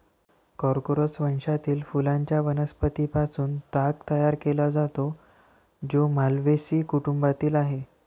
Corchorus वंशातील फुलांच्या वनस्पतीं पासून ताग तयार केला जातो, जो माल्व्हेसी कुटुंबातील आहे